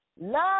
Love